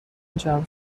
جمع